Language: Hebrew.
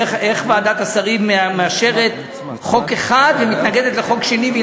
איך ועדת השרים מאשרת חוק אחד ומתנגדת לחוק שני שהם,